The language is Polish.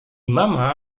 mama